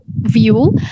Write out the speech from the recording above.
view